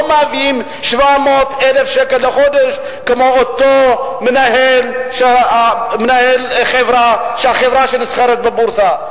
לא מביאים 700,000 שקל לחודש כמו אותו מנהל של חברה שנסחרת בבורסה.